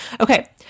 Okay